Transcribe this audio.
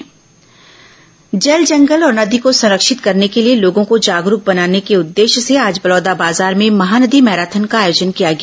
Mahanadi marathon जल जंगल और नदी को संरक्षित करने के लिए लोगों को जागरूक बनाने के उद्देश्य से आज बलौदाबाजार में महानदी मैराथन का आयोजन किया गया